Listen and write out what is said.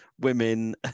women